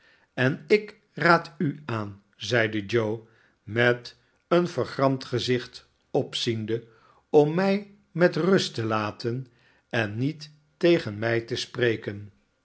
en ik raad u aan zeide joe met een vergramd gezicht opziende om mij met rjust te laten en niet tegen mij te spreken